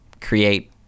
create